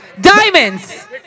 Diamonds